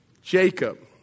Jacob